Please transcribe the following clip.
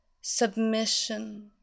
Submission